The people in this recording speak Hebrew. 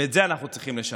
ואת זה אנחנו צריכים לשנות.